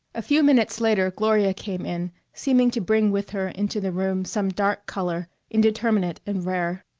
a few minutes later gloria came in seeming to bring with her into the room some dark color, indeterminate and rare.